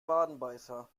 wadenbeißer